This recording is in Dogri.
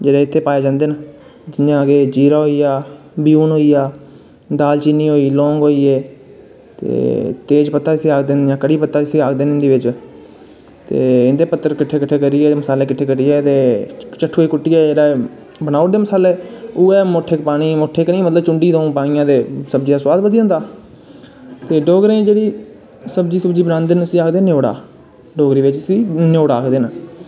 जेह्के इत्थें पाए जंदे न जियां कि जीरा होईया बयून होई गेआ दाल चीनी होई लौंग होई गे ते तेज पत्ता कढी पत्ता ज्सी आखदे न हिन्दी च ते इंदे पत्तर पुत्तर किट्ठे करियै ते चट्ठुए कुट्टियै जेह्ड़े बनाओ ड़दे मसाले ओह् चूंटी दुऊ पानियां ते सब्जिया दा सोआद बदा जंदा ते डोगरे जेह्ड़ी सब्जी बनांदे न उसी आखदे न न्योड़ा डोगरी च जिसी न्योड़ा आखदे न